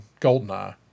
GoldenEye